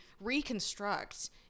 reconstruct